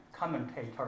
commentator